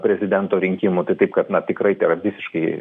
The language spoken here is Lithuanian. prezidento rinkimųtai taip kad na tikrai yra visiškai